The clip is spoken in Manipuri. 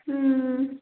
ꯎꯝ